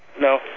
no